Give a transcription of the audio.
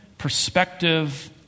perspective